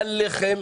על לחם,